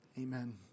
amen